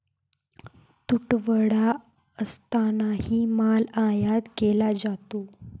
तुटवडा असतानाही माल आयात केला जातो